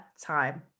time